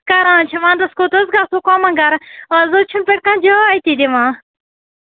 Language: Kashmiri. کران چھِ وَنٛدَس کوٚت حظ گژھو کٔمَن گرَن اَز حظ چھُنہٕ پَتہٕ کانہہ جاے تہِ دِوان